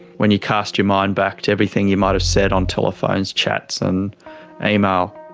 when you cast your mind back to everything you might have said on telephones, chats and email,